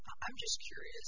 i'm just curious